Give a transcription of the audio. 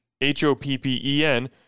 H-O-P-P-E-N